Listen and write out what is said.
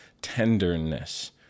tenderness